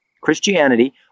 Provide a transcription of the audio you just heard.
Christianity